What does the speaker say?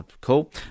Cool